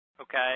Okay